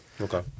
Okay